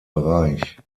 bereich